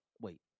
Wait